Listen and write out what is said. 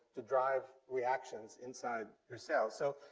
to drive reactions inside your cells. so,